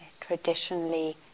Traditionally